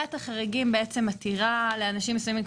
--- ועדת חריגים בעצם מתירה לאנשים מסוימים,